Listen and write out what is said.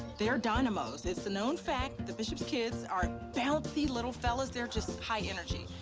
they are dynamos. it's a known fact the bishop's kids are bouncy little fellows, they're just high energy.